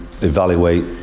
evaluate